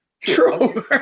True